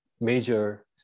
major